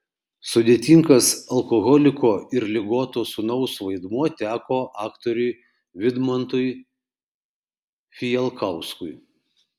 sudėtingas alkoholiko ir ligoto sūnaus vaidmuo teko aktoriui vidmantui fijalkauskui